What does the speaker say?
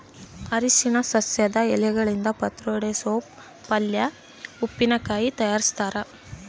ಅರಿಶಿನ ಸಸ್ಯದ ಎಲೆಗಳಿಂದ ಪತ್ರೊಡೆ ಸೋಪ್ ಪಲ್ಯೆ ಉಪ್ಪಿನಕಾಯಿ ತಯಾರಿಸ್ತಾರ